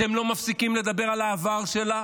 אתם לא מפסיקים לדבר על העבר שלה,